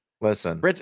Listen